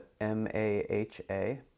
M-A-H-A